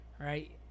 right